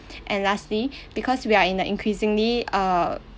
and lastly because we are in a increasingly err